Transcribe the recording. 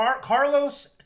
Carlos